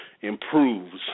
improves